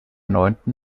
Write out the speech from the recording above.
neunten